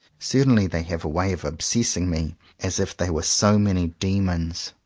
certainly they have a way of obsessing me as if they were so many demons.